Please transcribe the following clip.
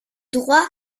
droit